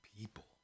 people